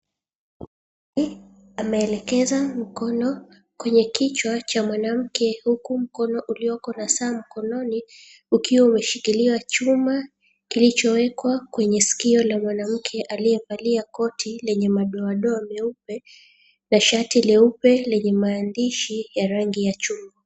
....ameelekeza mkono kwenye kichwa cha mwanamke huku mkono ulioko na saa mkononi ukiwa umeshikilia chuma kilichowekwa kwenye skio ya mwanamke aliyevalia koti yenye madoadoa meupe na shati leupe lenye maandishi ya rangi ya chui.